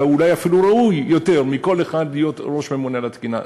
ואולי אפילו הוא ראוי יותר מכל אחד להיות הממונה על התקינה.